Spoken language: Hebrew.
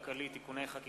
חדשות מקומיות בטלוויזיה) (תיקוני חקיקה)